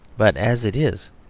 but as it is,